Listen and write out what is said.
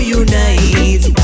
unite